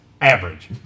average